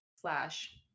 slash